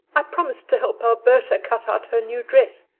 i promised to help alberta cut out her new dress.